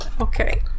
Okay